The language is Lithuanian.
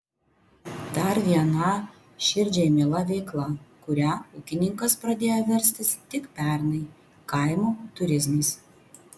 dar viena širdžiai miela veikla kuria ūkininkas pradėjo verstis tik pernai kaimo turizmas